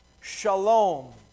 shalom